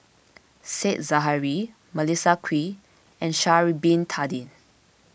Said Zahari Melissa Kwee and Sha'ari Bin Tadin